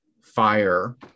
fire